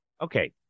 Okay